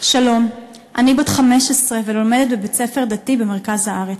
שלום, אני בת 15 ולומדת בבית-ספר דתי במרכז הארץ.